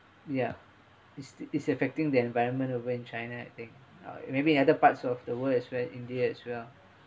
ya is is affecting the environment over in china I think maybe in other parts of the world as well india as well